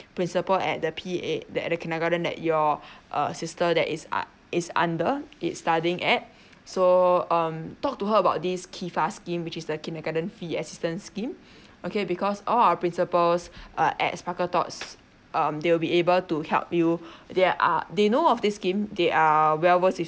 principal at the P_A the at the kindergarten that your uh sister that is un~ is under is studying at so um talk to her about this K_I_F_A_S scheme which is the kindergarten fee assistance scheme okay because all our principles uh at sparkle thoughts um they will be able to help you they are they know of this scheme they are well worth with